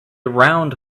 round